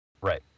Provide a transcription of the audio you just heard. Right